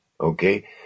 Okay